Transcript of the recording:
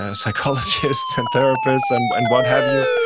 ah psychologists and therapists and and what have you